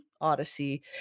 Odyssey